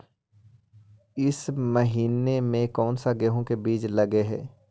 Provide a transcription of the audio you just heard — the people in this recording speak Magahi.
ईसके महीने मे कोन सा गेहूं के बीज लगे है?